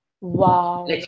wow